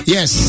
Yes